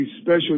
special